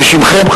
בשמכם,